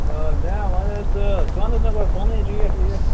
آ مےٚ وَنہٕ ژٕ ژٕ ونہٕ حظ مےٚ گۄڈ پنٕنۍ ریٹ ویٹھ